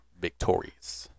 victorious